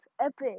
epic